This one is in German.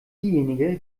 diejenige